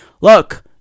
Look